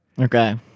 okay